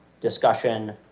discussion